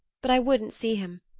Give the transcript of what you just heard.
but i wouldn't see him,